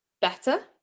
better